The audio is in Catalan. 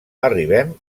arribem